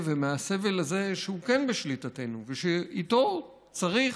ומהסבל הזה שהוא כן בשליטתנו ושאיתו צריך,